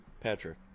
Patrick